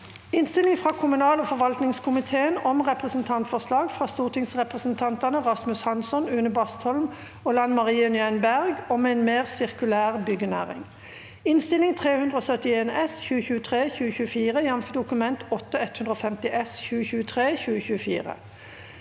Innstilling fra kommunal- og forvaltningskomiteen om Representantforslag fra stortingsrepresentantene Rasmus Hansson, Une Bastholm og Lan Marie Nguyen Berg om en mer sirkulær byggenæring (Innst. 371 S (2023–2024), jf. Dokument 8:150 S (2023–2024))